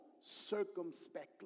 circumspectly